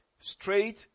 straight